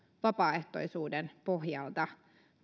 vapaaehtoisuuden pohjalta